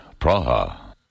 Praha